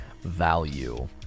value